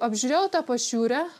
apžiūrėjau tą pašiūrę